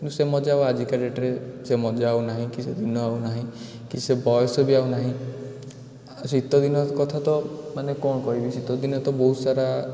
କିନ୍ତୁ ସେ ମଜା ଆଉ ଆଜିକା ଡେଟ୍ରେ ସେ ମଜା ଆଉ ନାହିଁ କି ସେ ଦିନ ଆଉ ନାହିଁ କି ସେ ବୟସ ବି ଆଉ ନାହିଁ ଶୀତଦିନ କଥା ତ ମାନେ କ'ଣ କହିବି ଶୀତଦିନେ ତ ବହୁତ ସାରା